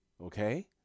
Okay